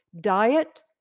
diet